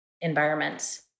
environments